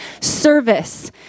Service